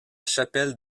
chapelle